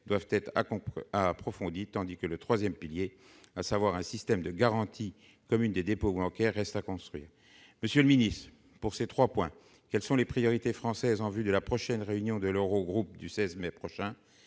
doivent être accomplis approfondi, tandis que le 3ème pilier, à savoir un système de garantie commune des dépôts reste à construire, monsieur le ministre, pour ces 3 points, quelles sont les priorités françaises en vue de la prochaine réunion de l'Eurogroupe, du 16 mai prochain,